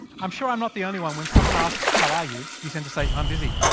i'm sure i'm not the only one when someone asks how are you? you tend to say i'm busy.